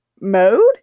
Mode